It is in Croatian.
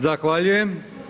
Zahvaljujem.